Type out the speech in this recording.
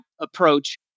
approach